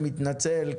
אני מתנצל,